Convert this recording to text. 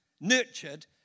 nurtured